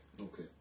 Okay